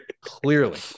Clearly